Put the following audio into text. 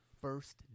first